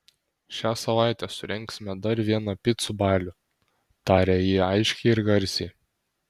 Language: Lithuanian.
šią savaitę surengsime dar vieną picų balių tarė ji aiškiai ir garsiai